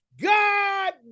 God